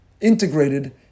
integrated